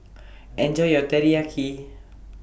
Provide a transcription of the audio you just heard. Enjoy your Teriyaki